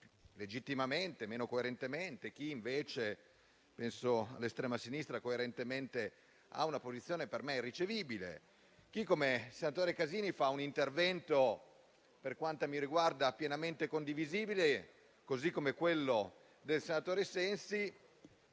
legittimamente e meno coerentemente, e chi invece - penso all'estrema sinistra - coerentemente ha una posizione per me irricevibile; c'è chi, come il senatore Casini, fa un intervento per quanto mi riguarda pienamente condivisibile, così come quello del senatore Sensi,